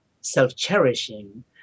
self-cherishing